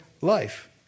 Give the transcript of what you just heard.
life